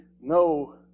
no